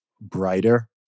brighter